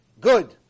good